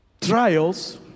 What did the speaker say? trials